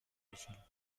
brésil